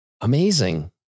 Amazing